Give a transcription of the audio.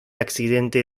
accidente